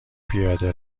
پیاده